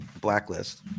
blacklist